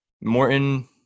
Morton